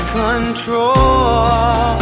control